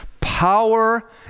Power